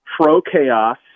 pro-chaos